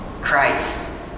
Christ